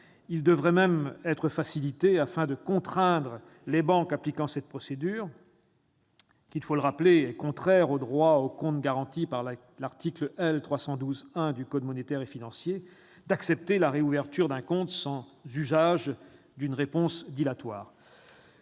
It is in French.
devrait même être facilité, afin de contraindre les banques appliquant cette procédure, qui, il faut le rappeler, est contraire au droit au compte garanti par l'article L. 312-1 du code monétaire et financier, d'accepter la réouverture d'un compte sans usage d'une réponse dilatoire.